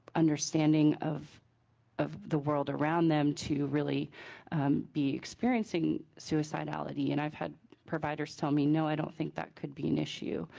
understanding of of the world around them to really be experiencing suicidallity and i've had providers it will me, no i don't think that could be an issue,